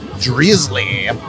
Drizzly